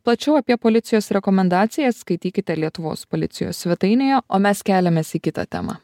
plačiau apie policijos rekomendacijas skaitykite lietuvos policijos svetainėje o mes keliamės į kitą temą